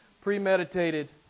premeditated